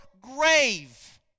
grave